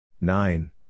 Nine